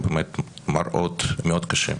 באמת מראות מאוד קשים,